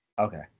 Okay